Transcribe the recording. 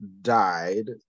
died